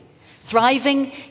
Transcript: Thriving